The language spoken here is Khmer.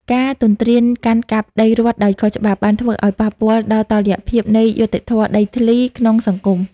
ការទន្ទ្រានកាន់កាប់ដីរដ្ឋដោយខុសច្បាប់ បានធ្វើឱ្យប៉ះពាល់ដល់តុល្យភាពនៃយុត្តិធម៌ដីធ្លីក្នុងសង្គម។